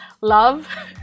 love